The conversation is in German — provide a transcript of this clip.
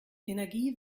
energie